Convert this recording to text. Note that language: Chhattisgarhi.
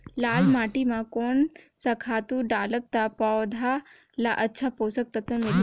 लाल माटी मां कोन सा खातु डालब ता पौध ला अच्छा पोषक तत्व मिलही?